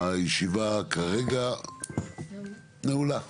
הישיבה כרגע נעולה.